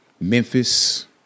Memphis